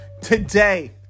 today